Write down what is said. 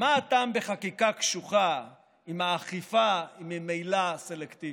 מה הטעם בחקיקה קשוחה אם האכיפה היא ממילא סלקטיבית?